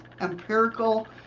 empirical